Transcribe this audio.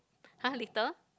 !huh! later